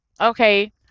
okay